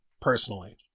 Personally